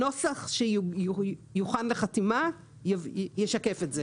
הנוסח שיוכן לחתימה ישקף את זה.